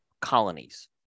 colonies